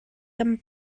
kan